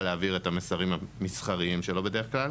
להעביר את המסרים המסחריים שלו בדרך כלל.